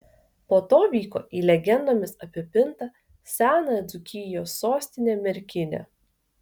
po to vyko į legendomis apipintą senąją dzūkijos sostinę merkinę